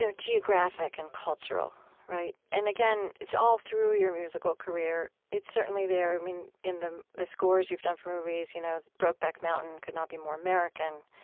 you know geographic and cultural, right? and again, it's all through your musical career. it's certainly there in the the scores you've done for movies. you know brokeback mountain could not be more american.